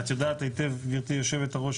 ואת יודעת היטב גברתי יושבת הראש,